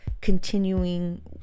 continuing